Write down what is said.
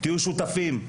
תהיו שותפים.